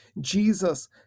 Jesus